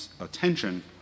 attention